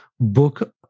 book